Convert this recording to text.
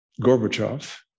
Gorbachev